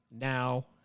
now